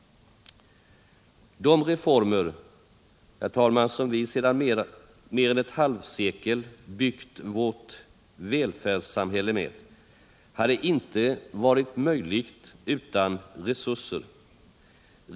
Herr talman! De reformer som sedan mer än ett halvsekel byggt vårt välfärdssamhälle hade inte varit möjliga utan resurser.